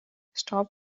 stop